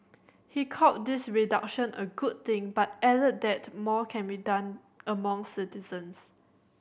he called this reduction a good thing but added that more can be done among citizens